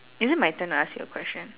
is it my turn to ask you a question